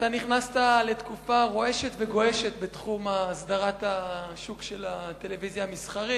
אתה נכנסת לתקופה גועשת ורועשת בתחום הסדרת השוק של הטלוויזיה המסחרית.